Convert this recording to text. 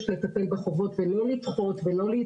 ומגיעים אלינו הרבה פעמים במעגל שני,